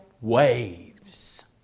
waves